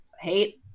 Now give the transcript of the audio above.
hate